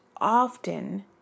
often